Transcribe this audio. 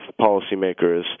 policymakers